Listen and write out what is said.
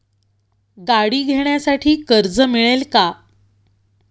गाडी घेण्यासाठी कर्ज मिळेल का?